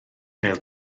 gael